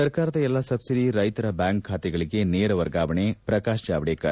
ಸರ್ಕಾರದ ಎಲ್ಲ ಸಬ್ಲಿಡಿ ರೈತರ ಬ್ಲಾಂಕ್ ಖಾತೆಗಳಿಗೆ ನೇರ ವರ್ಗಾವಣೆ ಪ್ರಕಾಶ್ ಜಾವಡೇಕರ್